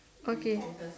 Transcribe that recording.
okay